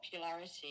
popularity